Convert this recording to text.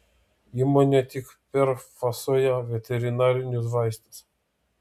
įmonė tik perfasuoja veterinarinius vaistus